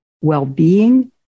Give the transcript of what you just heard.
well-being